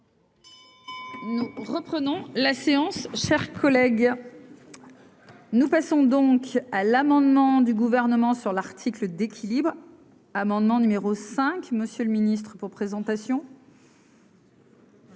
heures. Reprenons la séance chers collègues. Le tribunal. Nous passons donc à l'amendement du gouvernement sur l'article d'équilibre amendement numéro 5 Monsieur le Ministre, pour présentation.